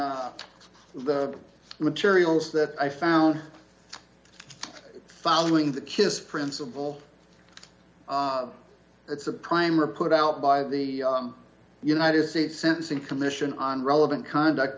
in the materials that i found following the kiss principle it's a primer put out by the united states sentencing commission on relevant conduct